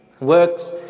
works